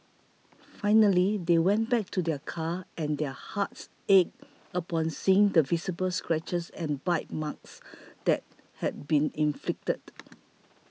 finally they went back to their car and their hearts ached upon seeing the visible scratches and bite marks that had been inflicted